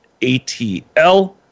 ATL